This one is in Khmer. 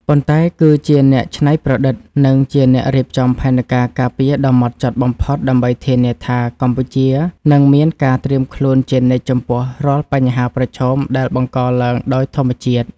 ប៉ុន្តែគឺជាអ្នកច្នៃប្រឌិត និងជាអ្នករៀបចំផែនការការពារដ៏ហ្មត់ចត់បំផុត ដើម្បីធានាថាកម្ពុជានឹងមានការត្រៀមខ្លួនជានិច្ចចំពោះរាល់បញ្ហាប្រឈមដែលបង្កឡើងដោយធម្មជាតិ។